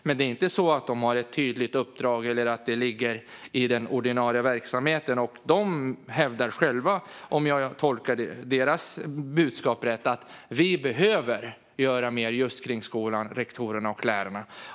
Men det är inte så att de har något tydligt uppdrag eller att detta ligger i den ordinarie verksamheten. De hävdar själva - om jag tolkar deras budskap rätt - att vi behöver göra mer just kring skolan, rektorerna och lärarna.